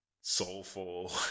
soulful